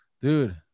Dude